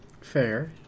fair